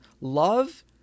love